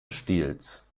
stils